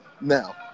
Now